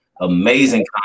amazing